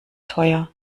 teuer